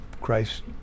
Christ